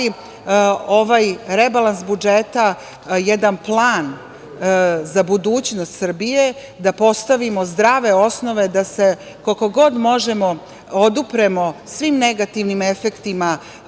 ovaj rebalans budžeta jedan plan za budućnost Srbije, da postavimo zdrave osnove da se koliko god možemo odupremo svim negativnim efektima